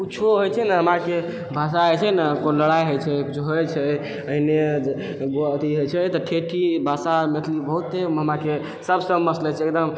किछौ होइ छै ने हमरा आरके भाषा जे छै ने कोइ लड़ाइ होइ छै किछौ होइ छै एन्ने अथी होइ छै तऽ ठेठी भाषा मैथ बहुते हमरा आरके सब से मस्त लगै छै एकदम